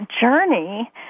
journey